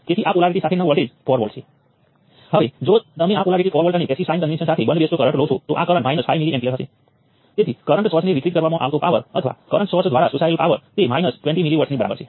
તેથી કૃપા કરીને કામ કરો આના કારણે નોડલ એનાલિસિસ સેટઅપનું શું થાય છે આ કિસ્સામાં તે ખૂબ જ સ્પષ્ટ છે રઝિસ્ટન્સ Ra એ રઝિસ્ટન્સ R11 સાથે પેરેલલ છે તેથી કન્ડકટન્સ સરળ રીતે ઉમેરે છે